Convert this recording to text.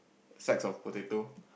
sacks of potato